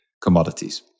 commodities